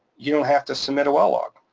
you don't have to submit a well log.